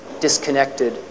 disconnected